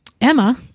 emma